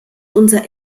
unser